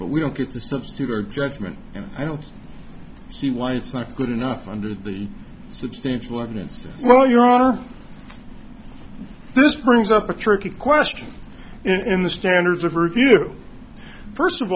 but we don't get to substitute our judgment and i don't see why it's not good enough under the substantial evidence well your honor this brings up a tricky question in the standards of review first of